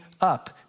up